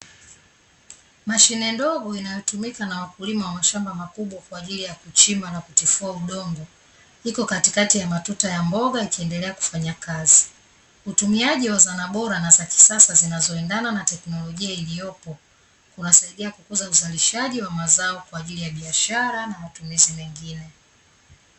Mashine ndogo inayotumika na wakulima wa mashamba wakubwa kwaajili ya kuchimba na kutifua udongo iko katikati ya matuta ya mboga ikiendelea kufanya kazi. Utumiaji wa zana bora na za kisasa zinazoendana na teknolojia iliyopo, unasaidia kukuza uzalishaji wa mazao kwaajili ya biashara na matumizi mengine.